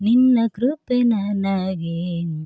ನಿನ್ನ ಕೃಪೆ ನನಗೆ